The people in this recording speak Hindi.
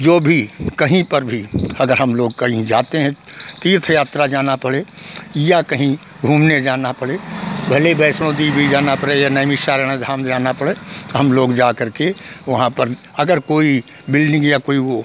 जो भी कहीं पर भी अगर हम लोग कहीं जाते हैं तीर्थ यात्रा जाना पड़े या कहीं घूमने जाना पड़े भले वैष्णो देवी जाना पड़े या नैमीषारण धाम जाना पड़े तो हम लोग जाकर के वहाँ पर अगर कोई बिल्डिंग या कोई वह